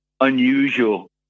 unusual